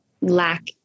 lack